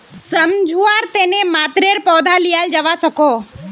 सम्झुआर तने मतरेर पौधा लियाल जावा सकोह